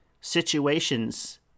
situations